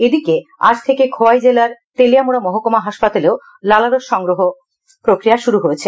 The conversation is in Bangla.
এদিকে আজ থেকে খোয়াই জেলার তেলিয়ামুড়া মহকুমা হাসপাতালেও লালা রস সংগ্রহের প্রক্রিয়া শুরু হয়েছে